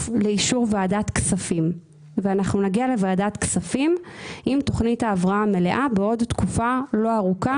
אבל זה לא חוסך את הצורך בתוכנית הבראה לחברת הדואר.